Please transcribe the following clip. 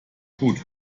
tut